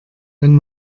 wenn